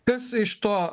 kas iš to